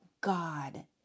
God